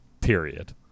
period